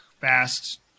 fast